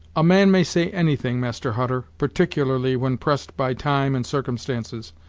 a man may say anything, master hutter, particularly when pressed by time and circumstances.